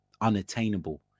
unattainable